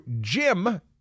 jim